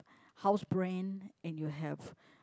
house brand and you have